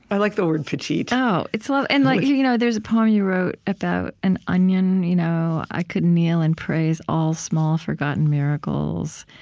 i like the word petite. oh, it's lovely. and like you know there's a poem you wrote about an onion you know i could kneel and praise all small forgotten miracles,